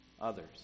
others